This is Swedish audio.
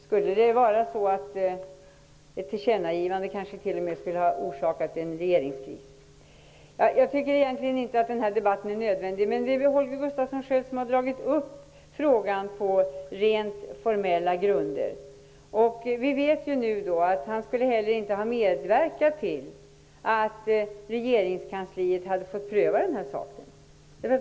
Skulle ett tillkännagivande t.o.m. ha orsakat en regeringskris? Jag tycker egentligen inte att den här debatten är nödvändig, men det är Holger Gustafsson själv som har tagit upp frågan på rent formella grunder. Vi vet nu att han inte skulle ha medverkat till att regeringskansliet hade fått pröva saken.